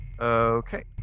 Okay